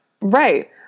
Right